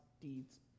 deeds